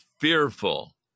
fearful